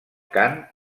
cant